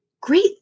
great